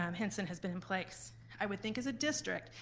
um hinson has been in place. i would think, as a district,